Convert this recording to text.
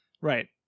Right